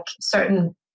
certain